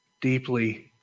deeply